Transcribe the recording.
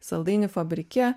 saldainių fabrike